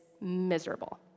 miserable